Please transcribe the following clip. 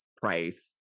price